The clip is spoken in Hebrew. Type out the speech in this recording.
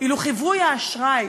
אילו חיווי האשראי